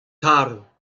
tarv